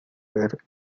ver